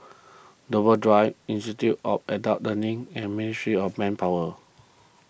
Dover Drive Institute all Adult Learning and Ministry of Manpower